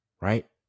right